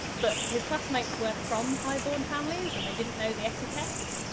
but his classmates weren't from high-born families and they didn't know the etiquette.